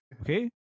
okay